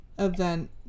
Event